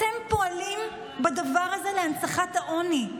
אתם פועלים בדבר הזה להנצחת העוני.